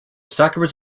sacraments